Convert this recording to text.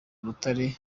urutare